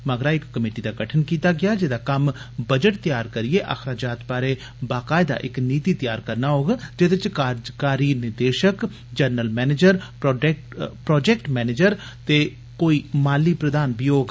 मगरा इक कमेटी दा गठन कीता गेआ जेदा कम्म बजट तयार करिए अखराजात बारै बकायदा इक नीति तैयार करना होग जेदे च कार्जकारी निदेशक जनरल मैनेजर प्रोजेक्ट मैनेजर ते कोई माली प्रधान बी होग